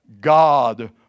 God